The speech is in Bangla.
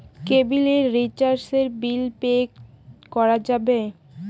কেবিলের রিচার্জের বিল কি পে করা যাবে?